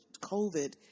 COVID